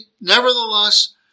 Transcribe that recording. Nevertheless